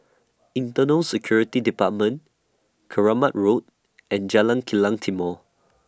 Internal Security department Keramat Road and Jalan Kilang Timor